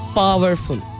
powerful